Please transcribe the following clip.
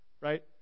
right